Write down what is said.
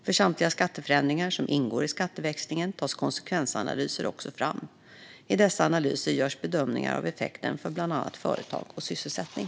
För samtliga skatteförändringar som ingår i skatteväxlingen tas konsekvensanalyser också fram. I dessa analyser görs bedömningar av effekterna för bland annat företag och sysselsättning.